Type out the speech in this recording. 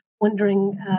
wondering